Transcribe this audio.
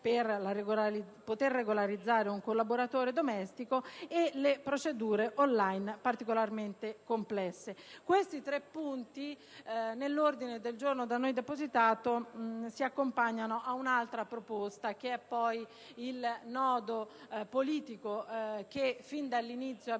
euro per regolarizzare un collaboratore domestico ed infine le procedure *on line* particolarmente complesse. Questi tre aspetti nell'ordine del giorno da noi presentato si accompagnano ad un'altra proposta, che per noi rappresenta il nodo politico che fin dall'inizio abbiamo